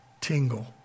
tingle